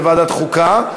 לוועדת החוקה,